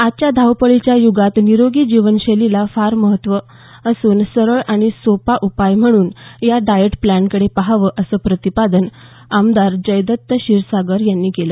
आजच्या धावपळीच्या युगात निरोगी जीवनशैलीला फार महत्त्व असून सरळ आणि सोपा उपाय म्हणून या डाएट प्लॅनकडे पहावं असं प्रतिपादन आमदार जयदत्त क्षीरसागर यांनी केलं